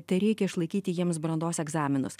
tereikia išlaikyti jiems brandos egzaminus